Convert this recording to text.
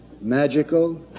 magical